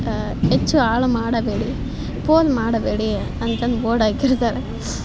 ಹೆಚ್ಚು ಹಾಳು ಮಾಡಬೇಡಿ ಪೋಲು ಮಾಡಬೇಡಿ ಅಂತಂದು ಬೋರ್ಡ್ ಹಾಕಿರ್ತಾರೆ